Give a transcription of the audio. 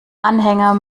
anhänger